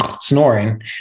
snoring